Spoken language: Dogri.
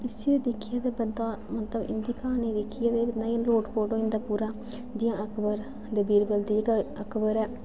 इसी दिक्खियै बंदा अ इ'दी क्हानी गी दिक्खियै इ'यां लोट पोट होई जंदा पूरा जि'यां अकबर ते बीरवल दा जेह्का अकबर ऐ